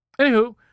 Anywho